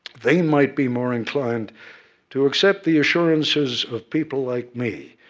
they might be more inclined to accept the assurances of people like me,